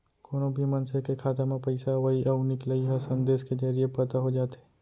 कोनो भी मनसे के खाता म पइसा अवइ अउ निकलई ह संदेस के जरिये पता हो जाथे